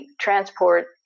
transport